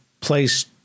place